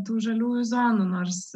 tų žaliųjų zonų nors